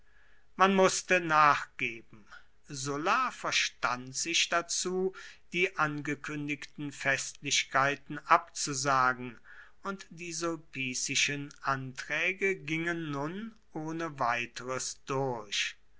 man mußte nachgeben sulla verstand sich dazu die angekündigten festlichkeiten abzusagen und die sulpicischen anträge gingen nun ohne weiteres durch